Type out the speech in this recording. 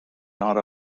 not